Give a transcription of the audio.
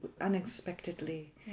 unexpectedly